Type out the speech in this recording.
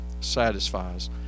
satisfies